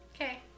Okay